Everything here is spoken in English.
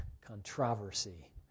Controversy